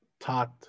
taught